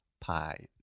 pi